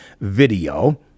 video